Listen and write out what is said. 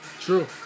True